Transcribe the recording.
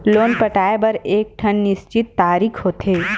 loan पटाए बर एकठन निस्चित तारीख होथे